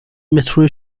مترو